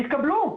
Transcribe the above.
והתקבלו החלטות,